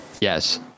yes